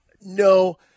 No